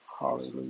hallelujah